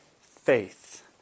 faith